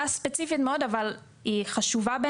ספציפית מאוד אבל בעיניי היא חשובה.